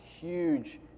huge